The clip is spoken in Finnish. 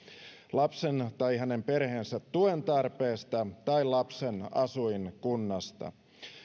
lapsen tai hänen perheensä tuen tarpeesta tai lapsen asuinkunnasta